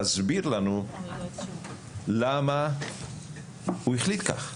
להסביר לנו למה הוא החליט ככה?